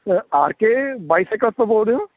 sir R K bicycle ਤੋਂ ਬੋਲਦੇ ਹੋ